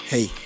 Hey